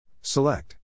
Select